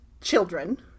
children